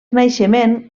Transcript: naixement